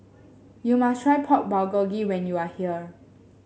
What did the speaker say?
you must try Pork Bulgogi when you are here